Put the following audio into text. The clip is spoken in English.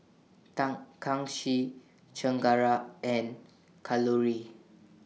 Tan Kanshi Chengara and Kalluri